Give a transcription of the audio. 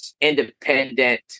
independent